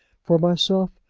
for myself,